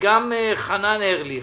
וגם חנן ארליך